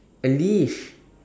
a leash